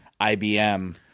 IBM